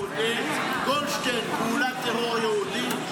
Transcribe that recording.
פעולת טרור יהודי,